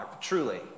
truly